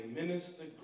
minister